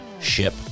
ship